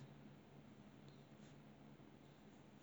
then you dont need to pay also